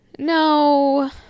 no